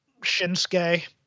shinsuke